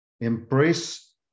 embrace